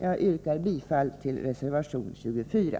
Jag yrkar bifall till reservation 24.